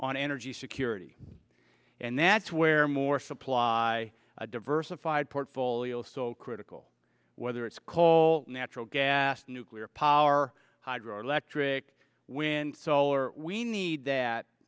on energy security and that's where more supply a diversified portfolio is so critical whether it's coal natural gas nuclear power hydroelectric wind solar we need that